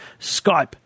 Skype